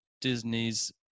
Disney's